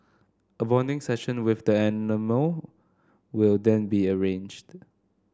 a bonding session with the animal will then be arranged